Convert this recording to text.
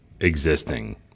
Existing